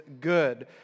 good